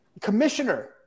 commissioner